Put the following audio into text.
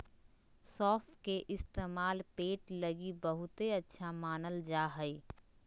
सौंफ के इस्तेमाल पेट लगी बहुते अच्छा मानल जा हय